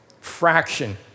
fraction